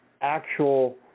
actual –